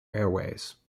airways